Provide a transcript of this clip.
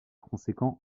conséquent